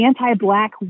anti-black